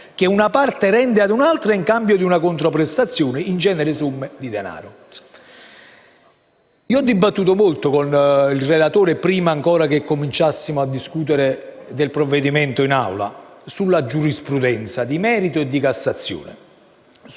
che una parte rende ad un'altra in cambio di una controprestazione, in genere somme di denaro. Ho dibattuto a lungo con il relatore, prima ancora che cominciassimo a discutere del provvedimento in Aula, sulla giurisprudenza, di merito e di Cassazione,